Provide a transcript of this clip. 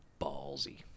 ballsy